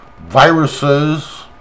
viruses